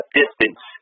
distance